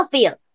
Feel